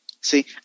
See